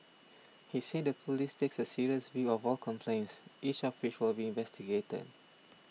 he said the police take a serious view of all complaints each of which will be investigated